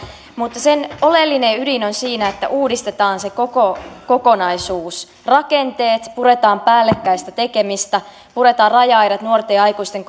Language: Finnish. mutta sen oleellinen ydin on siinä että uudistetaan se koko kokonaisuus rakenteet puretaan päällekkäistä tekemistä puretaan raja aidat nuorten ja aikuisten